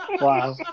Wow